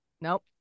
Nope